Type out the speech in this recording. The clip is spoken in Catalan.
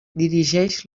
dirigeix